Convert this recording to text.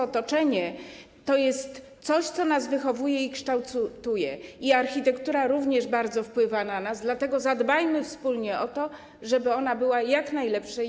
Otoczenie to jest coś, co nas wychowuje i kształtuje, i architektura również bardzo wpływa na nas, dlatego zadbajmy wspólnie o to, żeby ona była jak najlepszej